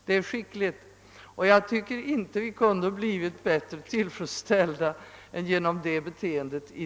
Det är skickligt, och jag tycker inte att vi kunde ha blivit mera tillfredsställda än genom detta beteende.